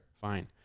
fine